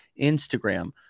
Instagram